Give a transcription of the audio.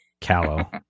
Callow